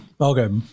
Okay